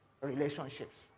relationships